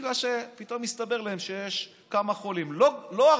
בגלל שפתאום הסתבר להם שיש כמה חולים, לא הרבה,